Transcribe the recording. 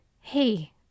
hey